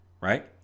Right